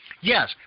Yes